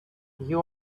you